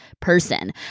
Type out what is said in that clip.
person